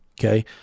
Okay